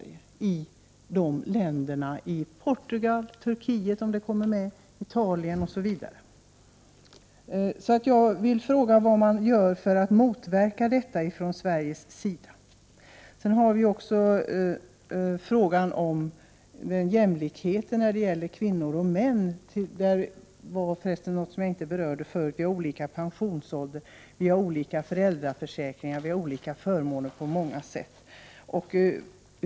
Jag tänker på exempelvis Portugal, Turkiet — om nu Turkiet kommer med i EG — och Italien. Sedan har vi frågan om jämlikheten mellan kvinnor och män. Det finns skillnader i detta avseende mellan olika länder — detta glömde jag för resten att ta upp tidigare — när det gäller pensionsåldern, föräldraförsäkringen samt 19 många andra förmåner.